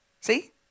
See